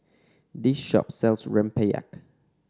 this shop sells rempeyek